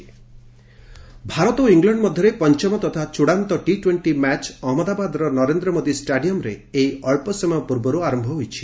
cricket Bharat ଓ England ମଧ୍ୟରେ ପଞ୍ଚମ ତଥା ଚୂଡ଼ାନ୍ତ ଟି ଟ୍ୱେଷ୍ଟି ମ୍ୟାଚ୍ ଅହମ୍ମଦାବାଦର ନରେନ୍ଦ୍ର ମୋଦି ଷ୍ଟାଡିୟମ୍ରେ ଏଇ ଅଞ୍ଚ ସମୟ ପୂର୍ବରୁ ଆରମ୍ଭ ହୋଇଛି